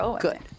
good